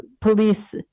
police